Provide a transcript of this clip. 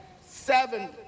seven